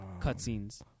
cutscenes